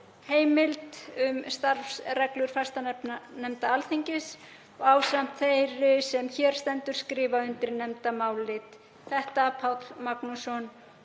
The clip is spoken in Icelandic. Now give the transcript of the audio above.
heimild um starfsreglur fastanefnda Alþingis. Ásamt þeirri sem hér stendur skrifa undir nefndarálitið Páll Magnússon,